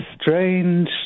strange